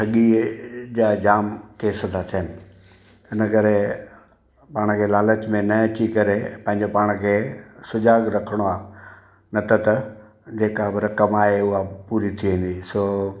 ठॻीअ जा जाम केस था थियनि इनकरे पाण खे लालच में न अची करे पंहिंजो पाण खे सुझाॻ रखिणो आहे न त त जे का बि रक़म आहे उहा पूरी थी वेंदी सो